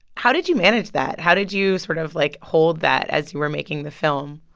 how did you manage that? how did you sort of, like, hold that as you were making the film?